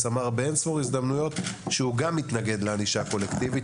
אמר באין ספור הזדמנויות שהוא גם מתנגד לענישה קולקטיבית.